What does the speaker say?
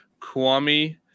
Kwame